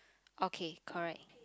okay correct